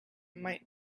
might